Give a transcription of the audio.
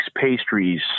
pastries